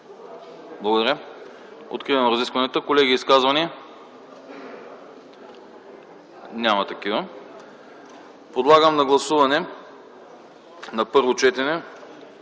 Благодаря. Откривам разискванията. Колеги, изказвания? Няма такива. Подлагам на гласуване на първо четене